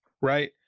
Right